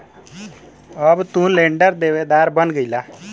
अब तू लेंडर देवेदार बन गईला